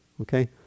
okay